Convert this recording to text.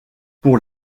pour